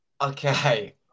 Okay